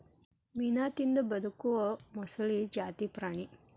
ಮೇನಾ ತಿಂದ ಬದಕು ಮೊಸಳಿ ಜಾತಿ ಪ್ರಾಣಿ